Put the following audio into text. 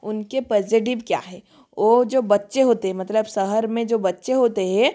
उनके पज़िटिव क्या है वो जो बच्चे होते है मतलब शहर में जो बच्चे होते है